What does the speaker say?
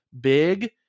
big